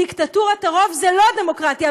דיקטטורת הרוב זה לא דמוקרטיה,